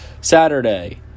Saturday